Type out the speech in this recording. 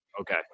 Okay